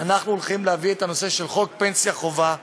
אנחנו הולכים להביא את הנושא של חוק פנסיה חובה,